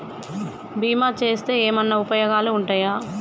బీమా చేస్తే ఏమన్నా ఉపయోగాలు ఉంటయా?